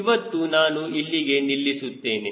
ಇವತ್ತು ನಾನು ಇಲ್ಲಿಗೆ ನಿಲ್ಲಿಸುತ್ತೇನೆ